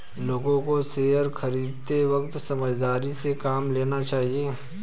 लोगों को शेयर खरीदते वक्त समझदारी से काम लेना चाहिए